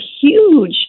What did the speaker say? huge